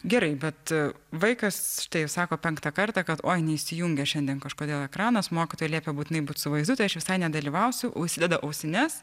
gerai bet vaikas štai sako penktą kartą kad oi neįsijungia šiandien kažkodėl ekranas mokytojai liepia būtinai būt su vaizdu tai aš visai nedalyvausiu užsideda ausines